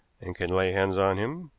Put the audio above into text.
and can lay hands on him,